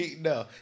No